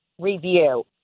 review